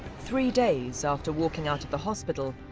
three days after walking out of the hospital,